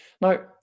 Now